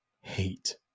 hate